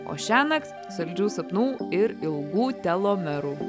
o šiąnakt saldžių sapnų ir ilgų telomerų